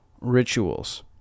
rituals